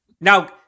Now